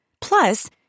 Plus